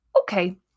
Okay